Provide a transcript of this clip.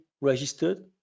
registered